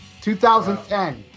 2010